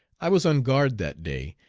i was on guard that day,